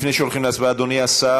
לפני שהולכים להצבעה, אדוני השר,